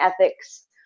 ethics